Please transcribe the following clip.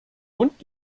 und